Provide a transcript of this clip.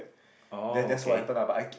oh okay